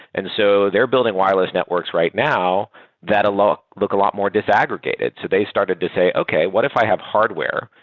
and so they're building wireless networks right now that look look a lot more disaggregated. they started to say, okay. what if i have hardware?